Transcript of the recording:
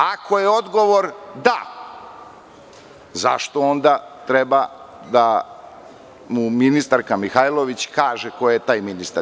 Ako je odgovor da, zašto onda treba da mu ministarka Mihajlović kaže koji je to ministar?